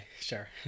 sure